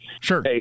Sure